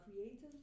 creative